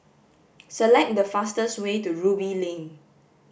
select the fastest way to Ruby Lane